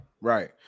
right